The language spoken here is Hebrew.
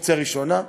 אופציה ראשונה,